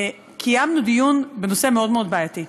דיון בנושא מאוד מאוד בעייתי,